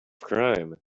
crime